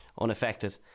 unaffected